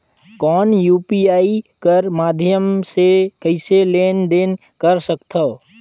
कौन यू.पी.आई कर माध्यम से कइसे लेन देन कर सकथव?